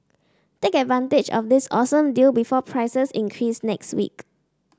take advantage of this awesome deal before prices increase next week